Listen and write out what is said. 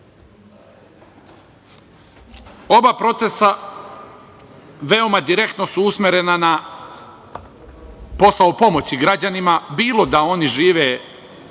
procesa veoma direktno su usmerena na posao pomoći građanima, bilo da oni žive sa